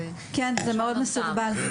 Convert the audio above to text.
כן, זה מאוד מסורבל.